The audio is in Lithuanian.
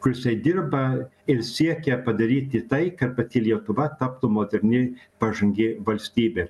kur jisai dirba ir siekia padaryti tai kad pati lietuva taptų moderni pažangi valstybė